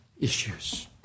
issues